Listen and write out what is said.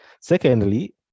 Secondly